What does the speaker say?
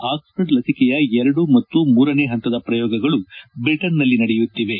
Oxford ಲಸಿಕೆಯ ಎರಡು ಮತ್ತು ಮೂರನೇ ಹಂತದ ಪ್ರಯೋಗಗಳು ಬ್ರಿಟನ್ನಲ್ಲಿ ನಡೆಯುತ್ತಿವೆ